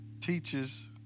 teaches